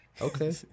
Okay